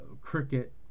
cricket